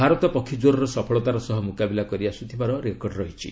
ଭାରତ ପକ୍ଷୀଜ୍ୱରର ସଫଳତାର ସହ ମୁକାବିଲା କରିଆସୁଥିବାର ରେକର୍ଡ଼ ରହିଛି